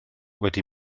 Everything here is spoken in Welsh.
wedi